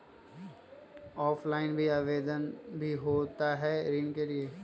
Offline भी आवेदन भी होता है ऋण के लिए?